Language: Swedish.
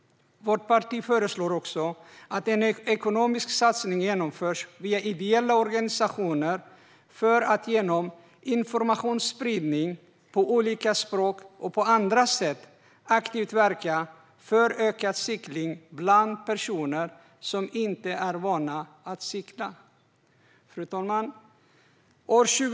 Vårt parti föreslår också att en ekonomisk satsning genomförs via ideella organisationer för att genom informationsspridning på olika språk och på andra sätt aktivt verka för ökad cykling bland personer som inte är vana vid att cykla. Fru talman!